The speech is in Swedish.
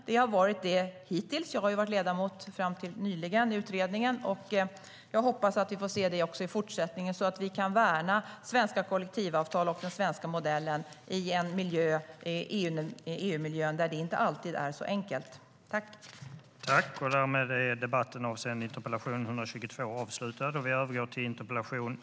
Det har det varit hittills - jag har själv fram till nyligen varit ledamot av utredningen - och jag hoppas att vi får se det också i fortsättningen, så att vi kan värna svenska kollektivavtal och den svenska modellen i EU-miljön, där det inte alltid är så enkelt.